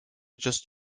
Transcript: just